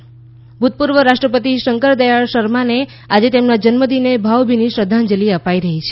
શંકરદયાળ શર્મા ભુતપુર્વ રાષ્ટ્રપતિ શંકરદયાળ શર્માને આજે તેમના જન્મદિને ભાવભીની શ્રધ્ધાંજલી અપાઇ રહી છે